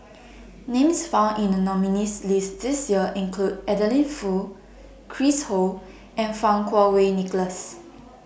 Names found in The nominees' list This Year include Adeline Foo Chris Ho and Fang Kuo Wei Nicholas